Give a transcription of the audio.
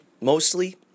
Mostly